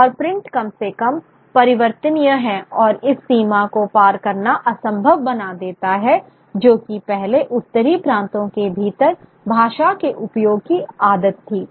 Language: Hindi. और प्रिंट कम से कम परिवर्तनीय है और इस सीमा को पार करना असंभव बना देता है जो कि पहले उत्तरी प्रांतों के भीतर भाषा के उपयोग की आदत थी